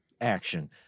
action